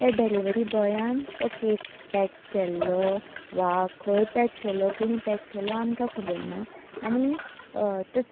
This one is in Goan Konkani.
त्या डेलेवरी बॉयान तो केक पॅक केल्लो वा खंय पॅक केल्लो वा कोणी पॅक केल्लो आमकां खबर ना आनी